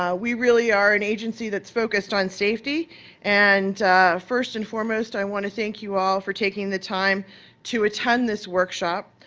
um we really are an agency focused on safety and first and foremost i want to thank you all for taking the time to attend this workshop.